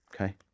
okay